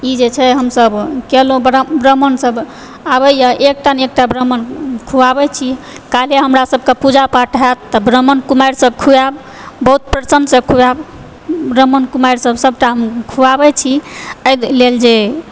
ई जे छै हमसब केलहुॅं ब्राम्हण सब आबैया एकटा ने एकटा ब्राम्हण खुआबै छी काल्हे हमरा सबके पूजा पाठ होयत तऽ ब्राम्हण कुमारि सब खुआएब बहुत प्रसन्न से खुआएब ब्राम्हण कुमारि सबटा हम खुआबै छी एहि लेल जे